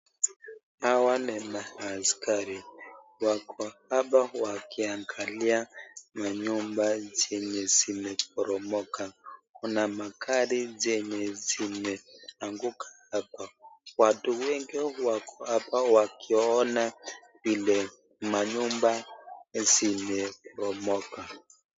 Hawa ni maaskari, wako hapa wakiangalia manyumba zenye zimeporomoka, kuna magari zenye zimeanguka hapa. Watu wengi wako hapa wakiona vile manyumba zimeporomoka.